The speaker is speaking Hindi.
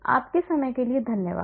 आपके समय के लिए धन्यवाद